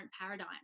paradigm